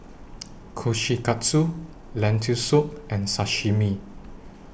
Kushikatsu Lentil Soup and Sashimi